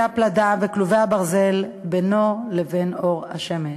הפלדה וכלובי הברזל בינו לבין אור השמש.